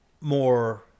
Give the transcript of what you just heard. more